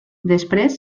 després